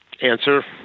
answer